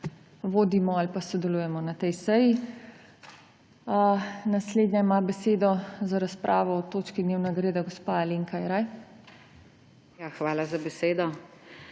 vodimo ali pa sodelujemo na tej seji. Naslednja ima besedo za razpravo o točki dnevnega reda gospa Alenka Jeraj. ALENKA JERAJ